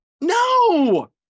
No